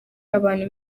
abantu